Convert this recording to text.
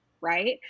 Right